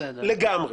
לגמרי.